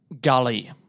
gully